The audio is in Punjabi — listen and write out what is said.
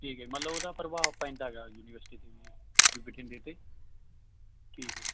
ਠੀਕ ਹੈ ਮਤਲਬ ਉਹਦਾ ਪ੍ਰਭਾਵ ਪੈਂਦਾ ਹੈਗਾ ਯੂਨੀਵਰਸਿਟੀ ਦੀ ਬਠਿੰਡੇ 'ਤੇ ਠੀਕ ਹੈ ਜੀ